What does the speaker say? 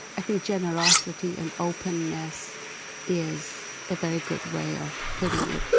i think generosity and openness is a very good way of putting it.